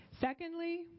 Secondly